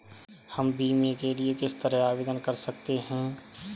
हम बीमे के लिए किस तरह आवेदन कर सकते हैं?